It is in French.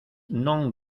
n’ont